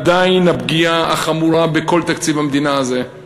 עדיין הפגיעה החמורה בכל תקציב המדינה הזה היא